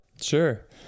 Sure